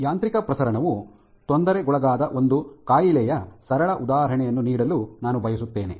ಯಾಂತ್ರಿಕ ಪ್ರಸರಣವು ತೊಂದರೆಗೊಳಗಾದ ಒಂದು ಕಾಯಿಲೆಯ ಸರಳ ಉದಾಹರಣೆಯನ್ನು ನೀಡಲು ನಾನು ಬಯಸುತ್ತೇನೆ